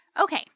Okay